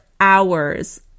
hours